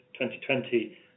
2020